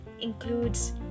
includes